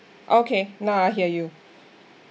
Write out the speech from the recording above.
okay now I hear you